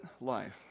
life